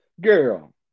Girl